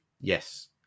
Yes